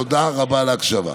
תודה רבה על ההקשבה.